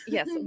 Yes